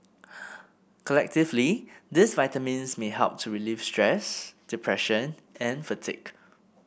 collectively these vitamins may help to relieve stress depression and fatigue